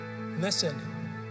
Listen